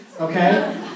okay